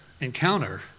encounter